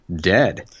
dead